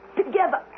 together